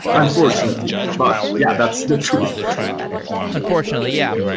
unfortunately. but yeah, that's the truth unfortunately, yeah.